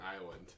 Island